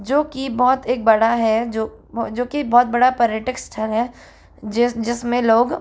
जो कि बहुत एक बड़ा है जो जो कि बहुत बड़ा पर्यटक स्ठल है जिसमें लोग